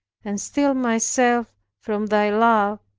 and steal myself from thy love,